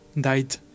died